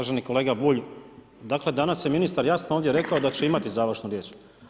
Uvaženi kolega Bulj, dakle danas je ministar jasno ovdje rekao da će imati završnu riječ.